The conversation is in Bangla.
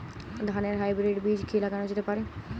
ধানের হাইব্রীড বীজ কি লাগানো যেতে পারে?